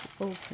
open